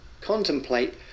Contemplate